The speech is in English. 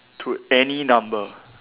to any number